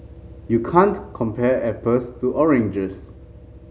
you can't compare apples to oranges